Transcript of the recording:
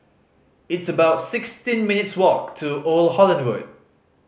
it's about sixteen minutes' walk to Old Holland Road